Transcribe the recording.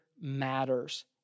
matters